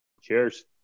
Cheers